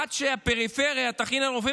עד שהפריפריה תכין רופאים,